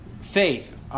faith